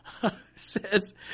says